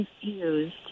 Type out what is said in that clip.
confused